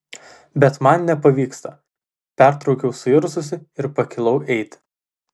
bet man nepavyksta pertraukiau suirzusi ir pakilau eiti